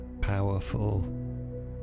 powerful